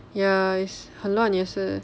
ya it's 很乱也是